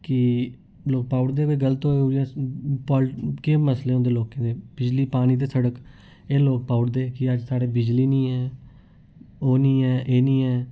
कि लोक पाउड़दे कोई गल्त होए केईं मसले हंदे लोकें दे बिजली पानी ते सड़क एह् लोक पाई ओड़दे कि अज्ज साढ़ै बिजली निं ऐ ओह् निं ऐ एह् निं ऐ